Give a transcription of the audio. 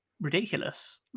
ridiculous